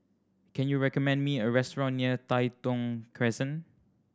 can you recommend me a restaurant near Tai Thong Crescent